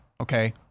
okay